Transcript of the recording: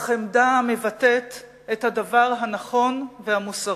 אך עמדה המבטאת את הדבר הנכון והמוסרי.